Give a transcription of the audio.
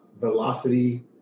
velocity